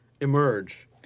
emerge